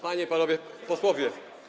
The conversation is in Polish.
Panie i Panowie Posłowie!